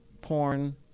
porn